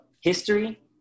history